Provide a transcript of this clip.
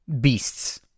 beasts